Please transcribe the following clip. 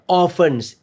orphans